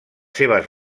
seves